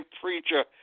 preacher